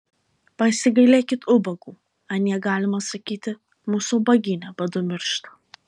pasigailėkit ubagų anie galima sakyti mūsų ubagyne badu miršta